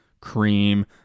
cream